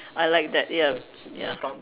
I like that ya ya